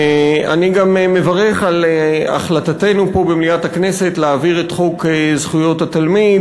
אני גם מברך על החלטתנו פה במליאת הכנסת להעביר את חוק זכויות התלמיד,